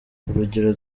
urugero